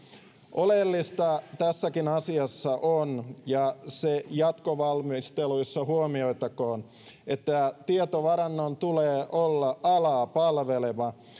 oleellista tässäkin asiassa on ja se jatkovalmisteluissa huomioitakoon että tietovarannon tulee olla alaa palveleva